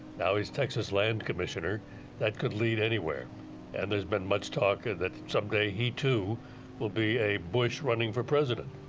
now he's texas land commissioner that could lead anywhere and there's been much talk that some day he too will be a bush running for president.